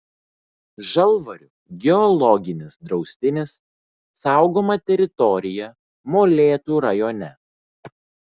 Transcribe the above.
žalvarių geologinis draustinis saugoma teritorija molėtų rajone